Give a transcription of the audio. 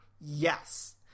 Yes